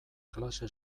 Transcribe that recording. klase